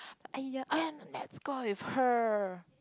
!aiya! can let's go out with her